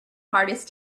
hardest